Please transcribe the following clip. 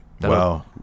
Wow